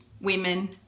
women